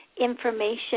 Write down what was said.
information